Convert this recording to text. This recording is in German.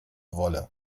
wolle